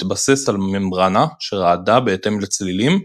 התבסס על ממברנה שרעדה בהתאם לצלילים,